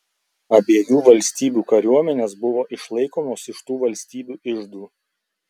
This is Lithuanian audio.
abiejų valstybių kariuomenės buvo išlaikomos iš tų valstybių iždų